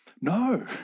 No